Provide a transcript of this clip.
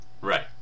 right